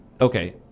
Okay